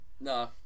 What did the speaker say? No